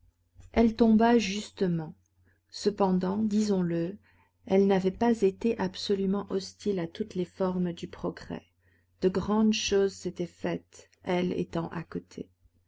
elle tomba justement cependant disons-le elle n'avait pas été absolument hostile à toutes les formes du progrès de grandes choses s'étaient faites elle étant à côté